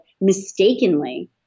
mistakenly